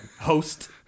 Host